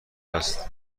است